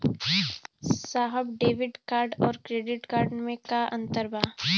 साहब debit card और credit card में का अंतर बा?